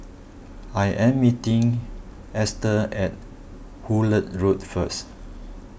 I am meeting Easter at Hullet Road first